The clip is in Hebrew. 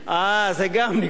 זה גם ניגוד